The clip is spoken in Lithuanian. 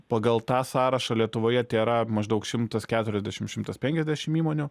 pagal tą sąrašą lietuvoje tėra maždaug šimtas keturiasdešim šimtas penkiasdešim įmonių